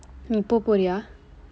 நீ போக போறியா:nii pooka pooriyaa